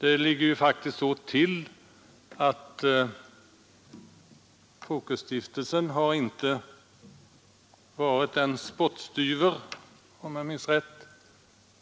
Det ligger faktiskt inte så till att Fokusstiftelsen bara bidragit med en spottstyver,